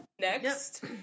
Next